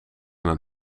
een